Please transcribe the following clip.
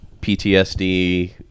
PTSD